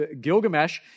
Gilgamesh